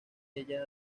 ella